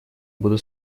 буду